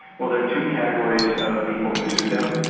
well there are two categories of people who sued them.